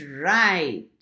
right